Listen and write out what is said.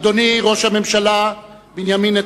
אדוני ראש הממשלה בנימין נתניהו,